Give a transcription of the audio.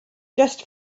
just